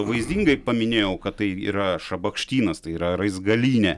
vaizdingai paminėjau kad tai yra šabakštynas tai yra raizgalynė